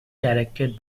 directed